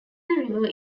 river